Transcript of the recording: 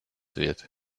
wird